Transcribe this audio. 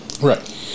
right